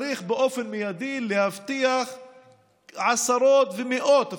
צריך באופן מיידי להבטיח עשרות, מאות אפילו,